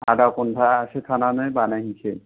आदा घन्टासो थानानै बानायहैसै